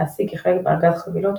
להשיג כחלק מארגז חבילות,